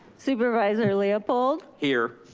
supervisor leopold? here.